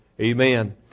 Amen